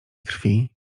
krwi